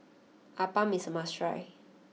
Appam is a must try